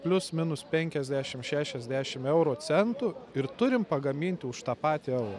plius minus penkiasdešim šešiasdešim euro centų ir turim pagaminti už tą patį eurą